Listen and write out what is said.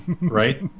right